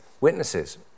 witnesses